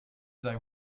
sei